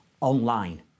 online